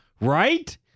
right